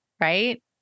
right